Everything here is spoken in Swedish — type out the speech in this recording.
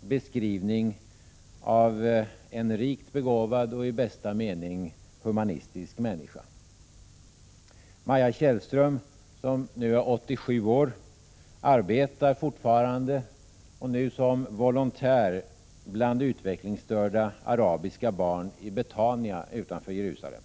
beskrivning av en rikt begåvad och i bästa mening humanistisk människa. Maja Tjällström, som nu är 87 år, arbetar fortfarande, nu som volontär, bland utvecklingsstörda arabiska barn i Betania utanför Jerusalem.